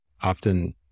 often